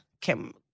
Kim